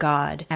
God